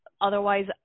otherwise